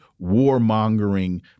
warmongering